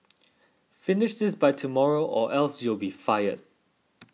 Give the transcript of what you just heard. finish this by tomorrow or else you'll be fired